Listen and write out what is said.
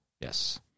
Yes